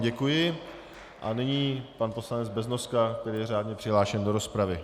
Děkuji a nyní pan poslanec Beznoska, který je řádně přihlášen do rozpravy.